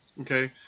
okay